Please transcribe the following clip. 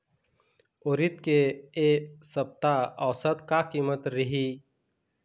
उरीद के ए सप्ता औसत का कीमत रिही?